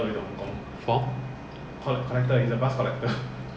is a su~ super bus or is a